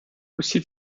усі